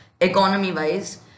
economy-wise